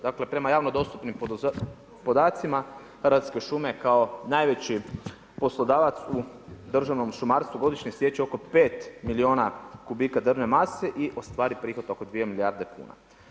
Dakle, prema javno dostupnim podacima, Hrvatske šume kao najveći poslodavac u državnom šumarstvu godišnje sječe oko 5 milijuna kubika drvne mase i ostvaruje prihod oko 2 milijarde kuna.